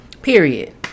Period